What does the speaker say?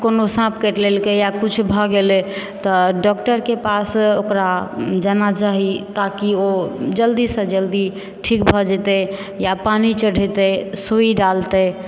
कोनो साँप काटि लेलकै हँ या किछु भऽ गेलै तऽ डॉक्टरके पास ओकरा जाना चाही ताकि ओ जल्दी सॅं जल्दी ठीक भऽ जेतै या पानि चढ़ेतै सूइ डालतै